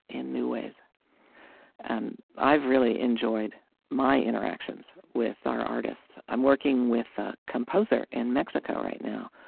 in new ways and i've really enjoyed my interactions with our artists. i'm working with a composer in mexico right now,